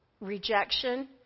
rejection